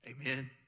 Amen